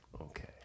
Okay